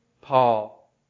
Paul